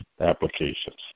applications